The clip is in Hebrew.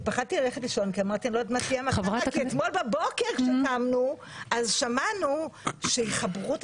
פחדתי ללכת לישון כי אתמול בבוקר כשקמנו שמענו שיחברו את